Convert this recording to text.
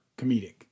comedic